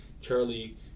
Charlie